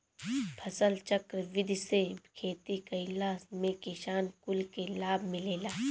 फसलचक्र विधि से खेती कईला में किसान कुल के लाभ मिलेला